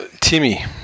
Timmy